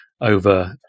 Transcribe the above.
over